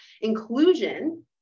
Inclusion